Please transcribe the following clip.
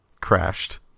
crashed